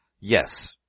Yes